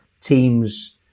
teams